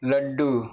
لڈو